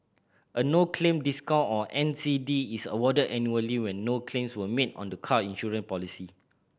a no claim discount or N C D is awarded annually when no claims were made on the car insurance policy